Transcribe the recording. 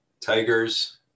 Tigers